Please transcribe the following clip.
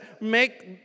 make